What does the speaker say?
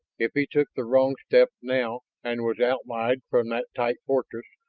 if he took the wrong step now and was outlawed from that tight fortress,